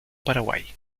paraguay